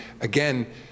again